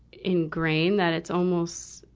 ingrained that it's almost,